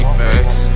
face